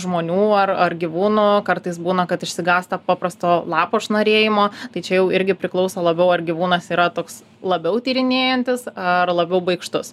žmonių ar ar gyvūnų kartais būna kad išsigąsta paprasto lapo šnarėjimo tai čia jau irgi priklauso labiau ar gyvūnas yra toks labiau tyrinėjantis ar labiau baikštus